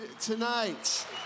tonight